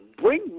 bring